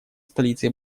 столицей